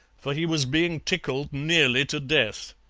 for he was being tickled nearly to death,